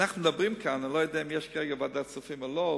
אני לא יודע אם יש כרגע ישיבה של ועדת הכספים או לא,